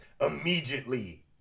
immediately